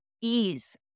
ease